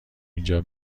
اینجا